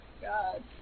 God